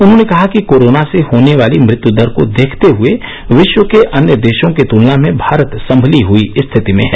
उन्होंने कहा कि कोरोना से होने वालो मृत्यू दर को देखते हुए विश्व के अन्य देशों की तुलना में भारत संमली हुई स्थिति में है